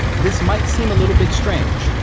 this might seem a little bit strange,